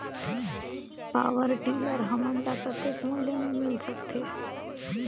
Power tiller हमन ल कतेक मूल्य मे मिल सकथे?